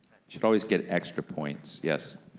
should always get extra points, yes.